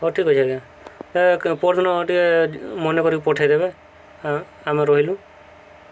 ହଉ ଠିକ୍ ଅଛି ଆଜ୍ଞା ପର୍ଦିନ ଟିକେ ମନେ କରିକି ପଠେଇଦେବେ ହଁ ଆମେ ରହିଲୁ